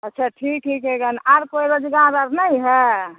अच्छा ठीक हइ आओर कोइ रोजगार आओर नहि हइ